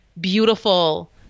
beautiful